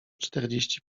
czterdzieści